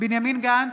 בנימין גנץ,